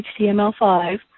HTML5